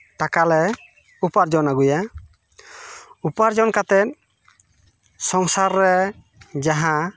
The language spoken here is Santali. ᱴᱟᱠᱟᱞᱮ ᱩᱯᱟᱨᱡᱚᱱ ᱟᱜᱩᱭᱟ ᱩᱯᱟᱨᱡᱚᱱ ᱠᱟᱛᱮᱫ ᱥᱚᱝᱥᱟᱨ ᱨᱮ ᱡᱟᱦᱟᱸ